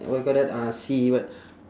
what you call that uh C what